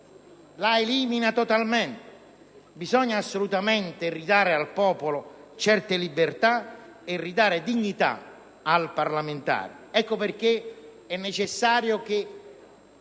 la elimina totalmente. Bisogna assolutamente ridare al popolo la libertà di scegliere e ridare dignità al parlamentare. Ecco perché è necessario che